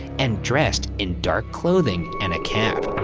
and dressed in dark clothing and a cap.